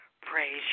Praise